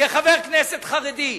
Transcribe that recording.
כחבר כנסת חרדי.